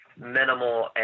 minimal